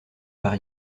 par